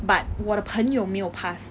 but 我的朋友没有 pass